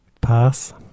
Pass